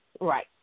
Right